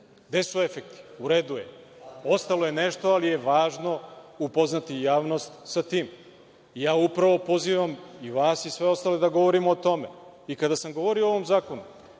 Gde su efekti? U redu je, ostalo nešto ali je važno upoznati javnost sa tim. Ja upravo pozivam i vas i sve ostale da govorimo o tome. Kada sam govorio o ovom zakonu,